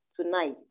Tonight